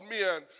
men